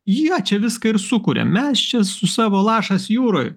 jie čia viską ir sukuria mes čia su savo lašas jūroj